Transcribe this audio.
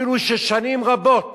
אפילו ששנים רבות